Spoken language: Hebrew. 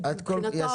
שמבחינתו,